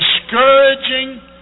discouraging